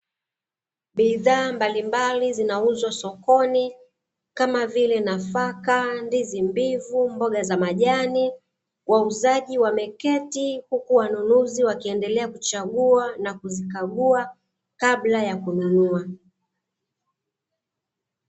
Bidhaa mbalimbali zinauzwa sokoni kama vile nafaka, ndizi mbivu, mboga za majani. Wauzaji wameketi huku wanunuzi wakiendelea kuchagua na kuzikagua kabla ya kununua.